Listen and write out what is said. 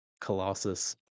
colossus